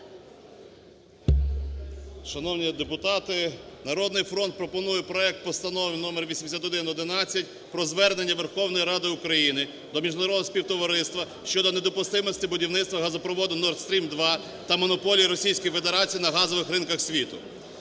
Шановні депутати, "Народний фронт" пропонує проект постанови номер 8111 про Звернення Верховної Ради України до Міжнародного співтовариства щодо неприпустимості будівництва газопроводу "Nord Stream 2" та монополії Російської Федерації на газових ринках світу.